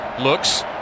Looks